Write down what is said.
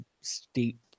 steep